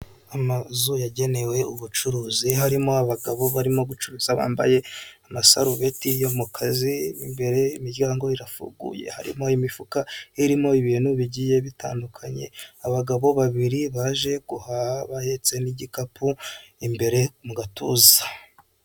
Amazu yagenewe ubucuruzi harimo abagabo barimo gucuruza bambaye amasarubeti yo mu kazi, imbere imiryango irafunguye harimo imifuka irimo ibintu bigiye bitandukanye, abagabo babiri baje guha bahetse n'igikapu imbere mu gatuza.